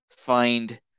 find